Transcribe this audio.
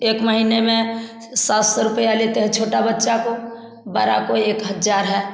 एक महीने में सात सौ रुपया लेते हैं छोटा बच्चा को बड़ा को एक हज़ार है